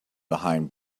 behind